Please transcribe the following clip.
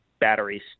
batteries